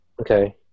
Okay